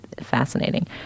fascinating